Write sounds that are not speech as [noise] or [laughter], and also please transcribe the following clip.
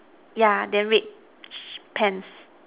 yeah then red [noise] pants